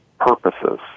purposes